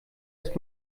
ist